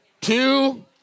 Two